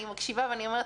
אני מקשיבה ואני אומרת,